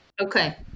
okay